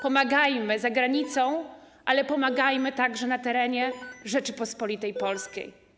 Pomagajmy za granicą, ale pomagajmy także na terenie Rzeczypospolitej Polskiej.